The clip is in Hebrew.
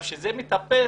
כשזה מתהפך,